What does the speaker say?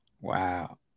Wow